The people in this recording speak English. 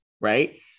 right